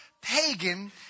pagan